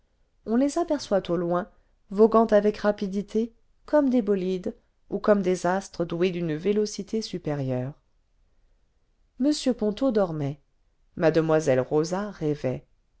on les aperçoit au loin voguant avec rapidité comme des bolides ou comme des astres doués d'une vélocité supérieure m ponto dormait mademoiselle rosa rêvait